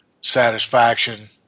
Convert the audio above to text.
satisfaction